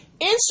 Instagram